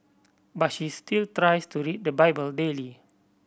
but she still tries to read the Bible daily